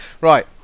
right